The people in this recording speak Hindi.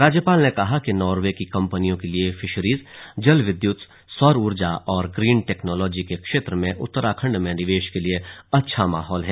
राज्यपाल ने कहा कि नॉर्वे की कम्पनियों के लिए फिशरीज जल विद्यत सौर ऊर्जा और ग्रीन टेक्नोलॉजी के क्षेत्र में उत्तराखण्ड में निवेश के लिए अच्छा माहौल है